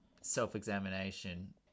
self-examination